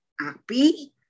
Api